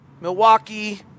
Milwaukee